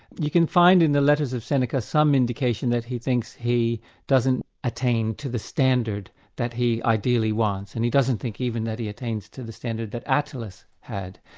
you can find in the letters of seneca some indication that he thinks he doesn't attain to the standard that he ideally wants, and he doesn't think even that he attains to the standard that attilus had.